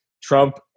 Trump